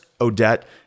Odette